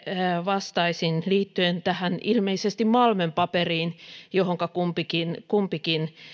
vastaisin liittyen tähän ilmeisesti malmön paperiin johonka kumpikin kumpikin